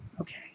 Okay